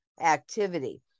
activity